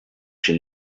she